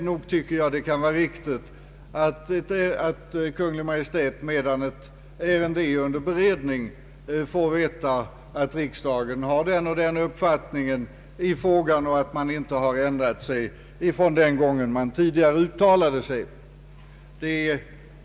Nog anser jag det riktigt att Kungl. Maj:t medan ett ärende är under beredning får veta att riksdagen har den och den uppfattningen i frågan och inte har ändrat sig från den gången man tidigare uttalade sig.